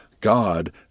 God